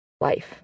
life